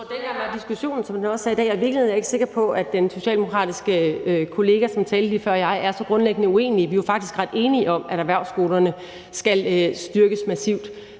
er jeg ikke sikker på, at den socialdemokratiske kollega, som talte lige før, og jeg er så grundlæggende uenige. Vi er jo faktisk ret enige om, at erhvervsskolerne skal styrkes massivt.